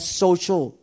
social